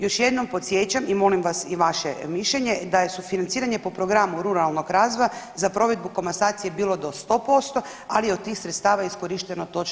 Još jednom podsjećam i molim vas i vaše mišljenje da je sufinanciranje po programu ruralnog razvoja za provedbu komasacije bilo do 100%, ali je od tih sredstava iskorišteno točno 0%